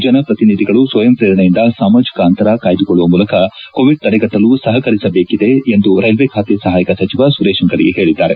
ಜನಪ್ರತಿನಿಧಿಗಳು ಸ್ಲಯಂಪ್ರೇರಣೆಯಿಂದ ಸಾಮಾಜಿಕ ಅಂತರ ಕಾಯ್ದುಕೊಳ್ಳುವ ಮೂಲಕ ಕೋವಿಡ್ ತಡೆಗಟ್ಟಲು ಸಹಕರಿಸಬೇಕಿದೆ ಎಂದು ರೈಲ್ವೆ ಖಾತೆ ಸಹಾಯಕ ಸಚಿವ ಸುರೇಶ್ ಅಂಗದಿ ಹೇಳಿದ್ದಾರೆ